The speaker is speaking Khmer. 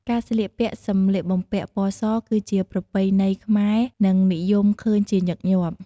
ការស្លៀកពាក់សម្លៀកបំពាក់ពណ៌សគឺជាប្រពៃណីខ្មែរនិងនិយមឃើញជាញឹកញាប់។